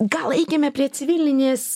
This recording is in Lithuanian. gal eikime prie civilinės